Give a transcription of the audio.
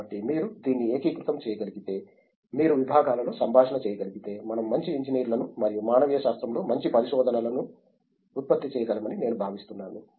కాబట్టి మీరు దీన్ని ఏకీకృతం చేయగలిగితే మీరు విభాగాలలో సంభాషణ చేయగలిగితే మనం మంచి ఇంజనీర్లను మరియు మానవీయ శాస్త్రంలో మంచి పరిశోధనలను ఉత్పత్తి చేయగలమని నేను భావిస్తున్నాను